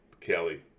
Kelly